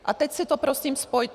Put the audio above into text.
A teď si to prosím spojte.